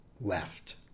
left